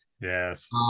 yes